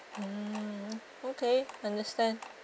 mm okay understand